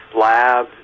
Lab